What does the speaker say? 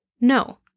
No